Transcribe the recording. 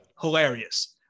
Hilarious